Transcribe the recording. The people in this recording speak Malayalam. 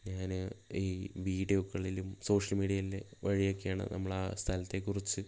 ഞാൻ ഈ വീഡിയോകളിലും സോഷ്യൽ മീഡിയ വഴിയൊക്കെയാണ് നമ്മളാ സ്ഥലത്തെ കുറിച്ച്